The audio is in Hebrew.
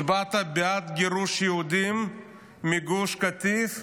הצבעת בעד גירוש יהודים מגוש קטיף,